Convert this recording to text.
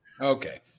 Okay